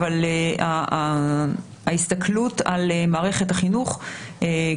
אבל הסיבה שמעט חברי כנסת הצביעו הוא